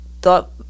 thought